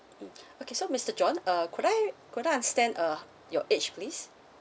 mm okay so mister john uh could I could I understand uh your age please